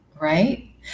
right